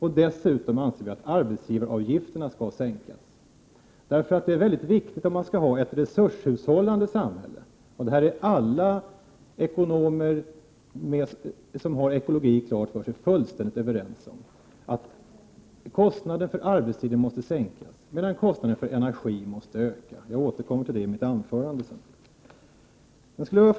Dessutom anser vi att arbetsgivaravgifterna skall sänkas. Om man skall ha ett resurshushållande samhälle är det väldigt viktigt — vilket alla ekonomer som har ekologin klart för sig är fullständigt överens om — att kostnaden för arbetstiden måste sänkas medan kostnaden för energi måste öka. Jag återkommer till detta senare i mitt anförande.